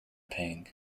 pang